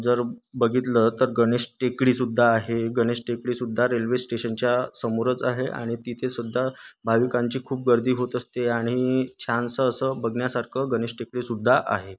जर बघितलं तर गणेश टेकडी सुद्धा आहे गणेश टेकडी सुद्धा रेल्वे स्टेशनच्या समोरच आहे आणि तिथे सुद्धा भाविकांची खूप गर्दी होत असते आणि छानसं असं बघण्यासारखं गणेश टेकडी सुद्धा आहे